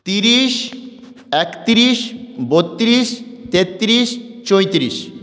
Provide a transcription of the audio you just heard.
তিরিশ একতিরিশ বত্তিরিশ তেত্তিরিশ চৌতিরিশ